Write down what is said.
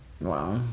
Wow